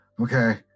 okay